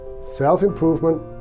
self-improvement